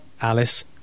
Alice